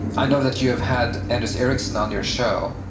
i know that you have had anders ericsson on your show,